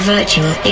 Virtual